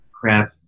crap